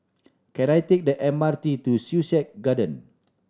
can I take the M R T to Sussex Garden